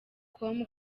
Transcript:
com